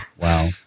Wow